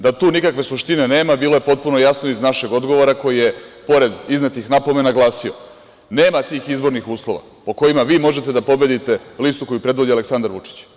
Da tu nikakve suštine nema bilo je potpuno jasno iz našeg odgovora koji je pored iznetih napomena glasio – nema tih izbornih uslova po kojima vi možete da pobedite listu koju predvodi Aleksandar Vučić.